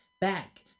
back